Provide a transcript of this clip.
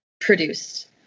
produced